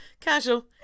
casual